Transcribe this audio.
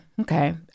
okay